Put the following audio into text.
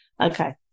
Okay